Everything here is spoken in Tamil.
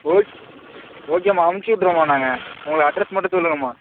ஓக் ஓகே அம்மா அமுச்சி விட்ருவோம் அம்மா நாங்கள் உங்களை அட்ரஸ் மட்டும் சொல்லுங்கள்ம்மா